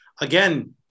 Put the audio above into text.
Again